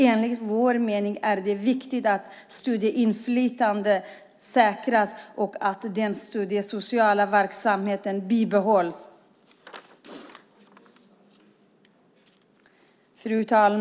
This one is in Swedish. Enligt vår mening är det viktigt att studieinflytandet säkras och att den studiesociala verksamheten bibehålls. Fru talman!